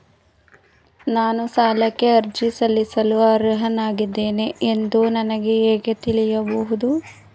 ನಾನು ಸಾಲಕ್ಕೆ ಅರ್ಜಿ ಸಲ್ಲಿಸಲು ಅರ್ಹನಾಗಿದ್ದೇನೆ ಎಂದು ನನಗೆ ಹೇಗೆ ತಿಳಿಯುವುದು?